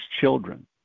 children